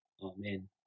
Amen